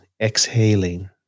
exhaling